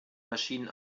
maschinen